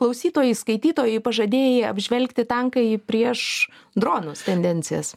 klausytojui skaitytojui pažadėjai apžvelgti tankai prieš dronus tendencijas